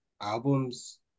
albums